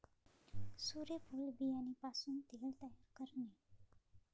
सूर्यफूल बियाणे पासून तेल तयार करणे